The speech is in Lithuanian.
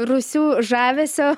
rūsių žavesio